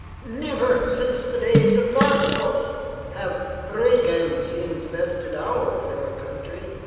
never, since the days of naxos, have brigands infested our fair country.